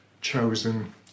chosen